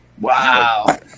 Wow